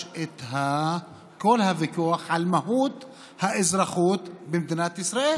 את כל הוויכוח על מהות האזרחות במדינת ישראל